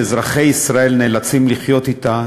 שאזרחי ישראל נאלצים לחיות אתה,